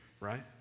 Right